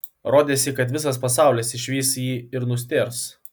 rodėsi kad visas pasaulis išvys jį ir nustėrs